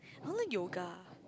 [huh] yoga